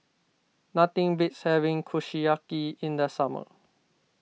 nothing beats having Kushiyaki in the summer